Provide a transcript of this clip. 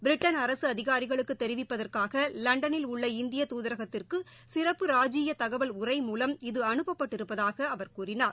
Britain அரசுஅதிகாரிகளுக்குதெரிவிப்பதற்காகலண்டனில் உள்ள இந்திய தூதரகத்திற்குசிறப்பு ராஜீயதகவல் உறை மூலம் இது அனுப்பப்பட்டிருப்பதாகஅவர் கூறினார்